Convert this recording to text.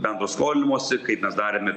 bendro skolinimosi kaip mes darėme